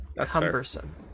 cumbersome